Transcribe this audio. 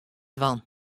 dwaan